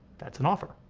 that's an offer.